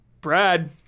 Brad